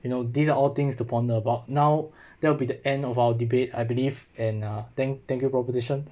you know these are all things to ponder about now that would be the end of our debate I believe and uh thank thank you proposition